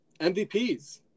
MVPs